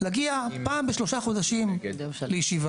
ניר אנגרט, רשות הטבע והגנים, בבקשה.